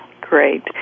Great